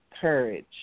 courage